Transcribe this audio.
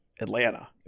Atlanta